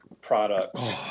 products